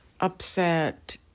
upset